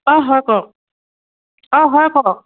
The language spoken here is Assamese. অঁ হয় কওক অঁ হয় কওক